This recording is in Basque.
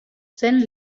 zen